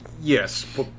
Yes